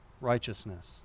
righteousness